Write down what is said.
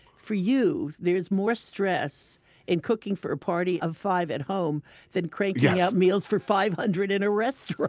for you, there's more stress in cooking for a party of five at home than cranking out meals for five hundred in a restaurant